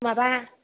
माबा